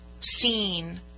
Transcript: seen